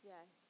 Yes